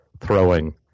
throwing